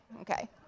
Okay